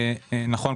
נכון,